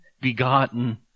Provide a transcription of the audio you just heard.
begotten